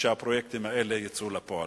ושהפרויקטים האלה יצאו לפועל.